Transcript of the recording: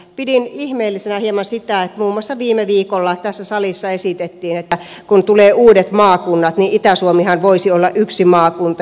pidin hieman ihmeellisenä sitä että muun muassa viime viikolla tässä salissa esitettiin että kun uudet maakunnat tulevat niin itä suomihan voisi olla yksi maakunta